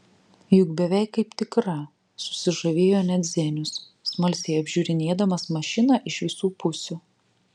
juk beveik kaip tikra susižavėjo net zenius smalsiai apžiūrinėdamas mašiną iš visų pusių